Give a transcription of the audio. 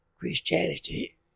Christianity